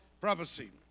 prophecy